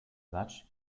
match